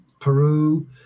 Peru